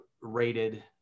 rated